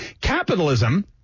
Capitalism